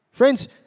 Friends